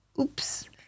oops